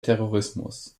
terrorismus